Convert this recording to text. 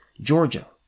Georgia